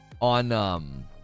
on